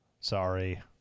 Sorry